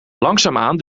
langzaamaan